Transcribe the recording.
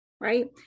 Right